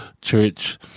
church